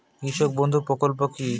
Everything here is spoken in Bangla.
কৃষক বন্ধু প্রকল্প কি?